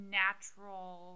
natural